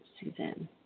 Suzanne